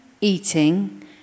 eating